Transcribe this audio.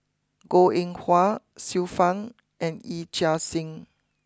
Goh Eng Wah Xiu Fang and Yee Chia Hsing